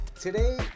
today